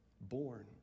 born